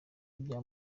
bya